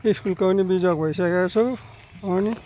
स्कुलको पनि बिजोग भइसकेको छु अनि